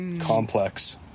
complex